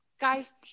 Guys